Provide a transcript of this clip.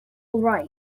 write